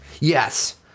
Yes